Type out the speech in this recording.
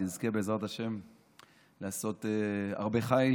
תזכה, בעזרת השם, לעשות הרבה חיל